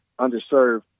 Underserved